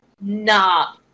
Nah